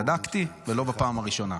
צדקתי, ולא בפעם הראשונה.